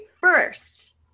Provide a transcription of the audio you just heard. first